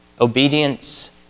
obedience